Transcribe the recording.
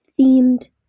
themed